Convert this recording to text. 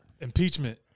impeachment